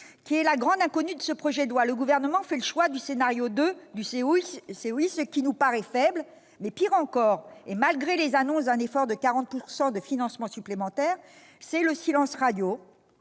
grande inconnue de ce projet de loi. Le Gouvernement fait le choix du scénario 2 du COI, ce qui nous paraît faible. Pire encore, malgré les annonces d'un effort de 40 % de financements supplémentaires, c'est le silence radio